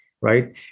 right